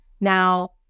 Now